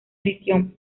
edición